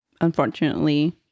Unfortunately